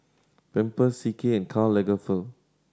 Pampers C K and Karl Lagerfeld